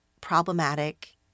problematic